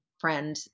friend